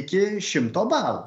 iki šimto balų